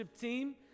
team